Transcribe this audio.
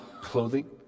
clothing